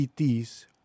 ETs